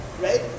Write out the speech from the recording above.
right